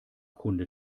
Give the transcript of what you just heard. kunde